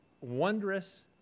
wondrous